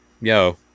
yo